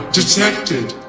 Detected